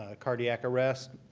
ah cardiac arrest.